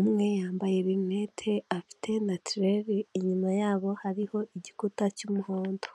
umwe yambaye binete afite na natural inyuma yabo hariho igikuta cy'umuhondo.